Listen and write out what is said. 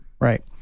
Right